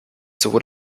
sowohl